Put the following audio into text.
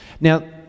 Now